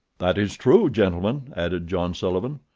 that is true, gentlemen, added john sullivan.